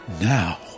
now